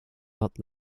not